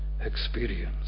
experience